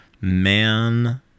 man